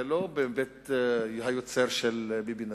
זה לא בבית-היוצר של ביבי נתניהו,